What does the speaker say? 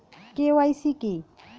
KYC কী?